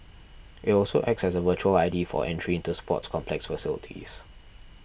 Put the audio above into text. it also acts as a virtual I D for entry into sports complex facilities